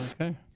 Okay